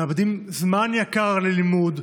מאבדים זמן יקר ללימוד,